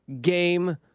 game